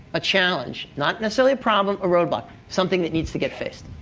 a challenge, not necessarily a problem or roadblock, something that needs to get faced.